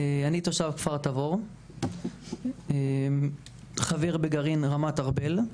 אני תושב כפר התבור, חבר בגרעין רמת ארבל,